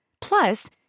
Plus